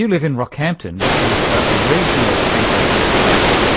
you live in rockhampton, which is a regional centre in australia.